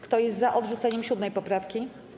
Kto jest za odrzuceniem 7. poprawki?